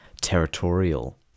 territorial